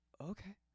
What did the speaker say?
Okay